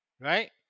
right